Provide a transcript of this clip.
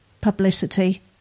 publicity